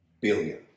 billion